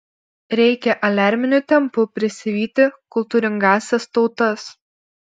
reikia aliarminiu tempu prisivyti kultūringąsias tautas